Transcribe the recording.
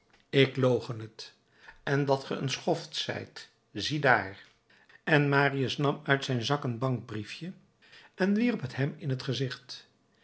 ik loochen het en dat ge een schoft zijt ziedaar en marius nam uit zijn zak een bankbriefje en wierp t hem in t gezicht